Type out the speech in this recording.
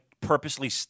purposely